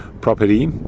property